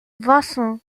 bassin